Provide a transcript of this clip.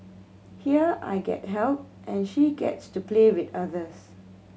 here I get help and she gets to play with others